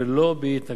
ולא אי-התנגדות,